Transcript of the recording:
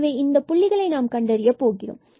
எனவே இந்தப் புள்ளிகளை நாம் கண்டறிய போகிறோம்